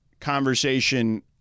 conversation